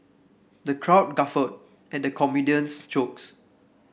the crowd guffawed at the comedian's jokes